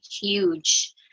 huge